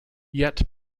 yet